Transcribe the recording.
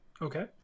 okay